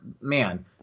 man—